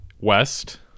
West